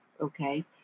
Okay